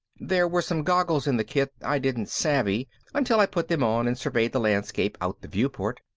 there were some goggles in the kit i didn't savvy until i put them on and surveyed the landscape out the viewport.